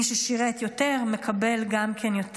מי ששירת יותר, גם מקבל יותר.